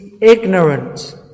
ignorant